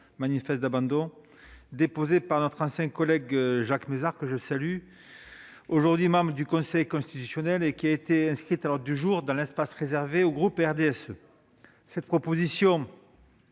manifeste, déposée par notre ancien collègue Jacques Mézard- je le salue -, aujourd'hui membre du Conseil constitutionnel, et inscrite à l'ordre du jour de l'espace réservé au groupe du RDSE. Cette proposition